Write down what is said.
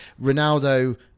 Ronaldo